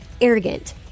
arrogant